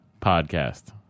podcast